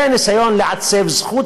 זה ניסיון לעצב זהות,